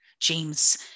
James